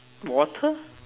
water